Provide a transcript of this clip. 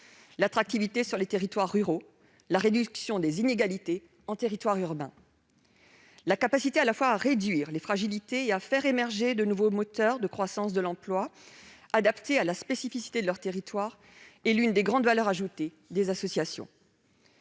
l'attractivité sur les territoires ruraux et la réduction des inégalités en territoire urbain. La capacité à la fois à réduire les fragilités et à faire émerger de nouveaux moteurs de croissance et d'emploi adaptés à la spécificité de leur territoire est l'une des grandes valeurs ajoutées des associations.